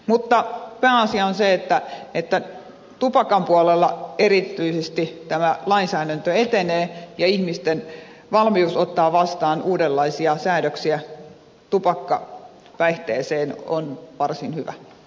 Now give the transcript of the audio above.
mutta pääasia on se että tupakan puolella erityisesti tämä lainsäädäntö etenee ja ihmisten valmius ottaa vastaan uudenlaisia säädöksiä tupakkapäihteeseen on varsin hyvä